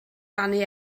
rannu